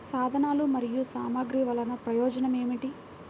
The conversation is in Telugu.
సాధనాలు మరియు సామగ్రి వల్లన ప్రయోజనం ఏమిటీ?